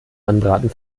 anbraten